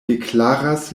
deklaras